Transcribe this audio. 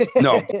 no